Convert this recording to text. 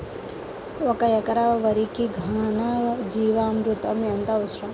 ఒక ఎకరా వరికి ఘన జీవామృతం ఎంత అవసరం?